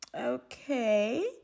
okay